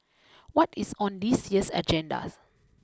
what is on this year's agendas